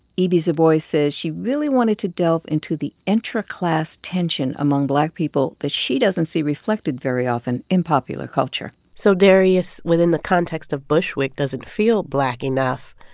ibi zoboi says she really wanted to delve into the intraclass tension among black people that she doesn't see reflected very often in popular culture so darius, within the context of bushwick, doesn't feel black enough.